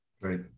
Right